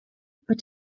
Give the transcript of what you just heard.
but